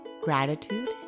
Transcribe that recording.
Gratitude